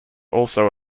also